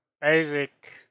basic